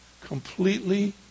completely